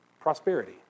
prosperity